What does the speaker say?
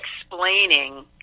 explaining